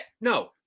No